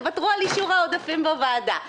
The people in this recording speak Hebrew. תוותרו על אישור העודפים בוועדה.